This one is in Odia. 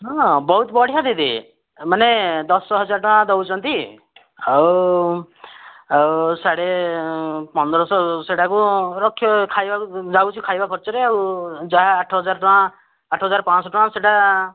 ହଁ ବହୁତ ବଢ଼ିଆ ଦିଦି ମାନେ ଦଶ ହଜାର ଟଙ୍କା ଦେଉଛନ୍ତି ଆଉ ଆଉ ସାଢ଼େ ପନ୍ଦରଶହ ସେଇଟାକୁ ରଖିବ ଖାଇବାକୁ ଯାଉଛି ଖାଇବା ଖର୍ଚ୍ଚରେ ଆଉ ଯାହା ଆଠ ହଜାର ଟଙ୍କା ଆଠ ହଜାର ପାଞ୍ଚ ଶହ ଟଙ୍କା ସେଇଟା